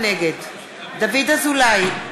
נגד דוד אזולאי,